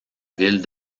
ville